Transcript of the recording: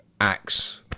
acts